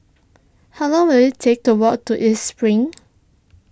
how long will it take to walk to East Spring